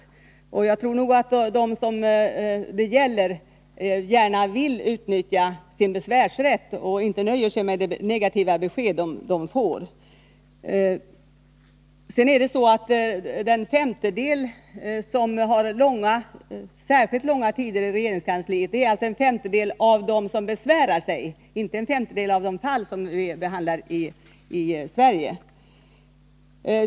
lagens alla möjligheter att besvära sig som det uppstår lång; Jag tror att de som det gäller gärna vill utnyttja sin besvärsrätt och inte nöjer sig med det negativa besked som de får. Det är också så att den femtedel ärenden som har särskilt lång handläggningstid i regeringskansliet gäller en femtedel av dem som besvärar sig — inte en femtedel av de fall som vi behandlar i Sverige.